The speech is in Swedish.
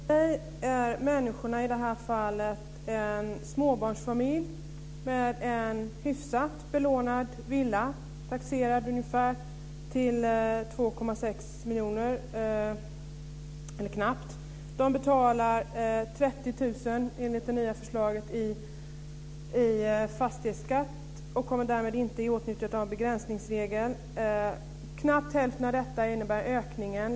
Herr talman! För mig är människorna i det här fallet en småbarnsfamilj med en hyfsat belånad villa, taxerad till knappt 2,6 miljoner. De betalar enligt det nya förslaget 30 000 kr i fastighetsskatt och kommer därmed inte i åtnjutande av begränsningsregeln. Knappt hälften av detta innebär en ökning.